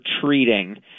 treating